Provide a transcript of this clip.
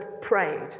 prayed